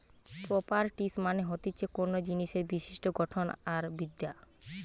properties মানে হতিছে কোনো জিনিসের বিশিষ্ট গঠন আর বিদ্যা